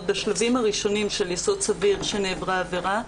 עוד בשלבים הראשונים של יסוד סביר שנעברה עבירה,